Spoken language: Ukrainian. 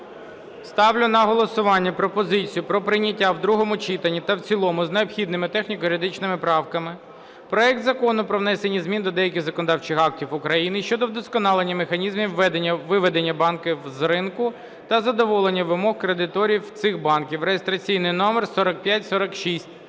Ставлю на голосування пропозицію про прийняття в другому читанні та в цілому з необхідними техніко-юридичними правками проект Закону про внесення змін до деяких законодавчих актів України щодо вдосконалення механізмів виведення банків з ринку та задоволення вимог кредиторів цих банків (реєстраційний номер 4546).